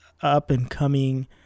up-and-coming